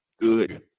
good